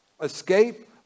Escape